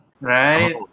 Right